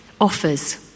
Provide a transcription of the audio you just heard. offers